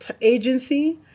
agency